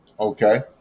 Okay